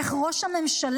איך ראש הממשלה,